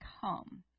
come